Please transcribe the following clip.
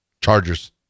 chargers